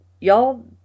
y'all